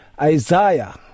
Isaiah